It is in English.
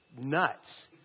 nuts